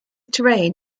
terrain